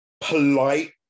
polite